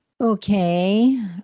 Okay